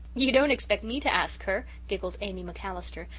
you don't expect me to ask her? giggled amy macallister,